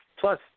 plus